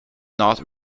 not